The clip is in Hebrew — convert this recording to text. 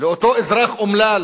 לאותו אזרח אומלל,